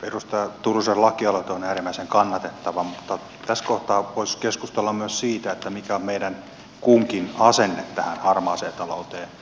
edustaja turusen lakialoite on äärimmäisen kannatettava mutta tässä kohtaa voisi keskustella myös siitä mikä on meidän kunkin asenne harmaaseen talouteen